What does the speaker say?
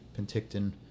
Penticton